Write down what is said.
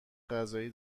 غذایی